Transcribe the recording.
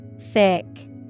Thick